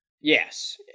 yes